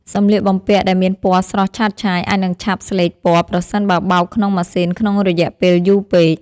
សម្លៀកបំពាក់ដែលមានពណ៌ស្រស់ឆើតឆាយអាចនឹងឆាប់ស្លេកពណ៌ប្រសិនបើបោកក្នុងម៉ាស៊ីនក្នុងរយៈពេលយូរពេក។